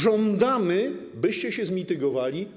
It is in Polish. Żądamy, byście się zmitygowali.